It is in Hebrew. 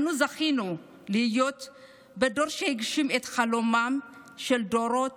אנו זכינו להיות בדור שהגשים את חלומם של דורות